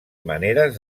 maneres